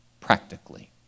practically